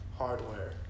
hardware